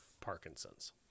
Parkinson's